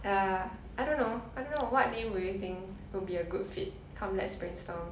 err I don't know I don't know what name will you think will be a good fit come let's brainstorm